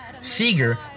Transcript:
Seeger